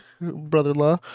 brother-in-law